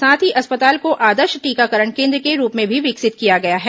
साथ ही अस्पताल को आदर्श टीकाकरण केन्द्र के रूप में भी विकसित किया गया है